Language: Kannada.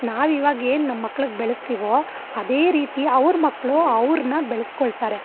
ನಾವು ಇವಾಗ ಏನು ನಮ್ಮ ಮಕ್ಳಿಗೆ ಬೆಳೆಸ್ತೀವೋ ಅದೇ ರೀತಿ ಅವ್ರ ಮಕ್ಳು ಅವ್ರನ್ನು ಬೆಳೆಸ್ಕೊಳ್ತಾರೆ